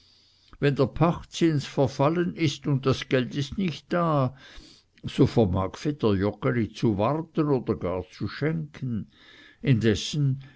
wenn der pachtzins verfallen ist und das geld ist nicht da so vermag vetter joggeli zu warten oder gar zu schenken indessen